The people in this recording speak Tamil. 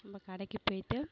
நம்ம கடைக்கு போயிட்டு